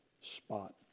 spot